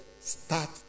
start